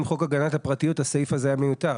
חוק הגנת הפרטיות הסעיף הזה היה מיותר.